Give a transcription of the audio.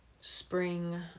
spring